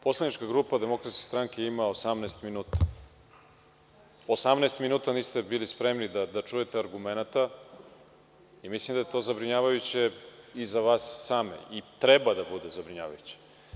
Poslanička grupa DS ima 18 minuta, 18 minuta vi niste bili spremni da čujete argumenata i mislim da je to zabrinjavajuće i za vas same i treba da bude zabrinjavajuće.